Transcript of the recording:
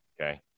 Okay